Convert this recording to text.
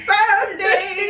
Someday